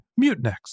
Mutinex